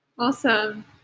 Awesome